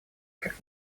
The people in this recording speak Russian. как